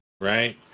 right